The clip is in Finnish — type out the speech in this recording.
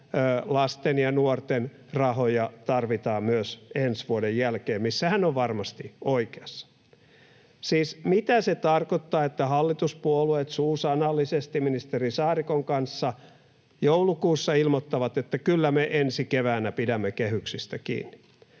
lasten ja nuorten rahoja tarvitaan myös ensi vuoden jälkeen — missä hän on varmasti oikeassa. Siis mitä se tarkoittaa, että hallituspuolueet suusanallisesti ministeri Saarikon kanssa joulukuussa ilmoittavat, että kyllä me ensi keväänä pidämme kehyksistä kiinni?